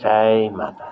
જય માતાજી